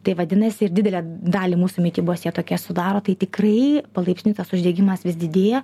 tai vadinasi ir didelę dalį mūsų mitybos jie tokie sudaro tai tikrai palaipsniui tas uždegimas vis didėja